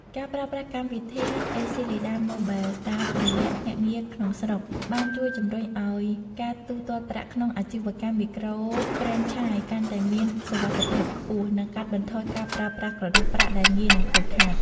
ការប្រើប្រាស់កម្មវិធី អេស៊ីលីដា ម៉ូប៊ែល (ACLEDA Mobile) តាមរយៈភ្នាក់ងារក្នុងស្រុក បានជួយជំរុញឱ្យការទូទាត់ប្រាក់ក្នុងអាជីវកម្មមីក្រូហ្វ្រេនឆាយកាន់តែមានសុវត្ថិភាពខ្ពស់ និងកាត់បន្ថយការប្រើប្រាស់ក្រដាសប្រាក់ដែលងាយនឹងខូចខាត។